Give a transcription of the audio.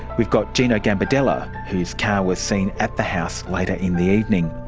we've got gino gambardella, whose car was seen at the house later in the evening.